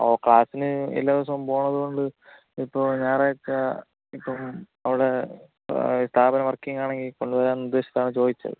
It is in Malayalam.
ഓ ക്ലാസ്സിന് എല്ലാ ദിവസവും പോകുന്നതുകൊണ്ട് ഇപ്പോള് ഞായറാഴ്ച ഇപ്പോള് അവിടെ സ്ഥാപനം വർക്കിങ്ങാണെങ്കില് കൊണ്ടുവരാൻ ഉദ്ദേശിച്ചാണ് ചോദിച്ചത്